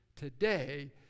Today